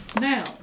Now